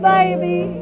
Baby